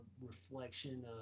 reflection